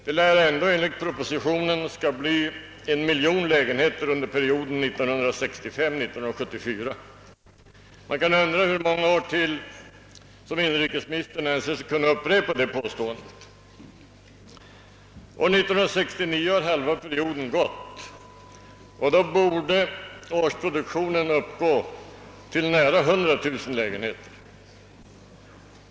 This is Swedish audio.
Det skall ändå enligt propositionen bli en miljon lägenheter under perioden 1965 —L1974. Man kan undra hur många år till som inrikesministern anser sig kunna upprepa detta påstående. År 1969 har halva perioden gått, och då borde årsproduktionen uppgå till nära 100 000 lägenheter.